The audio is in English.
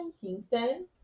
Kingston